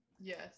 yes